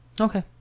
Okay